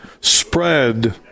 spread